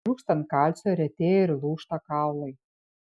trūkstant kalcio retėja ir lūžta kaulai